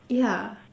yeah